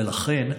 לכן,